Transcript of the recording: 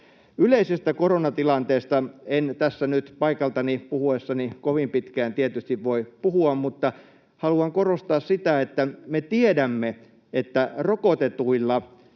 Yleisestä koronatilanteesta en tässä nyt paikaltani puhuessani kovin pitkään tietysti voi puhua, mutta haluan korostaa sitä, että me tiedämme, että rokotetuilla